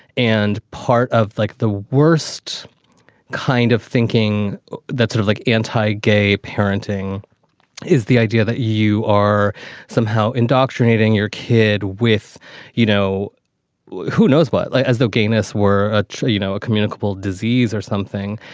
and part of like the worst kind of thinking that's sort of like anti-gay parenting is the idea that you are somehow indoctrinating your kid with you know who knows what it's like as though gayness were ah true. you know a communicable disease or something.